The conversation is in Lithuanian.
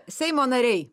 seimo nariai